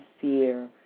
fear